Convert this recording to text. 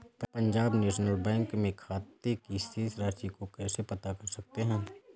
Punjab national bank में खाते की शेष राशि को कैसे पता कर सकते हैं?